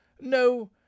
No